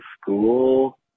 school